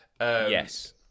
Yes